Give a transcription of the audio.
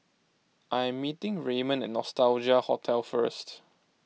I am meeting Raymon at Nostalgia Hotel first